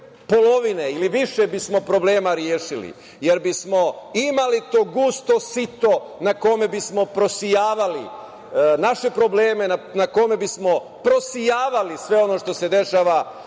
polovine ili više bismo problema rešili jer bismo imali to gusto sito na kome bismo prosejavali naše probleme, na kome bismo prosejavali sve ono što se dešava,